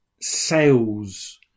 sales